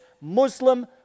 Muslim